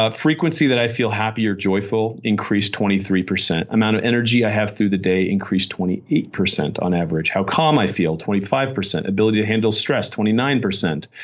ah frequency that i feel happier joyful increased twenty three percent. amount of energy i have through the day increased twenty eight percent on average. how calm i feel, twenty five percent. ability to handle stress, twenty nine percent.